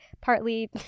partly